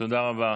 תודה רבה.